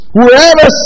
Whoever